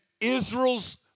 Israel's